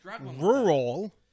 rural